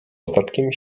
ostatkiem